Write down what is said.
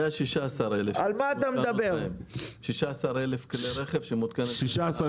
היו 16,000 כלי רכב שמותקנת בהם מערכת נגד שכחת ילדים.